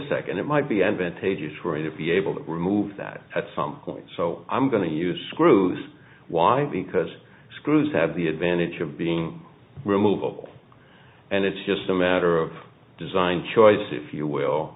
second it might be advantageous for you to be able to remove that at some point so i'm going to use screws why because screws have the advantage of being removable and it's just a matter of design choice if you will